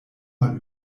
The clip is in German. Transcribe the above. mal